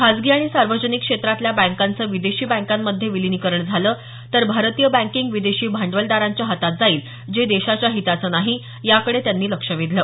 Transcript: खासगी आणि सार्वजनिक क्षेत्रातल्या बँकांचं विदेशी बँकांमध्ये विलीनीकरण झालं तर भारतीय बँकिंग विदेशी भांडवलदारांच्या हातात जाईल जे देशाच्या हिताचं नाही याकडे त्यांनी लक्ष वेधलं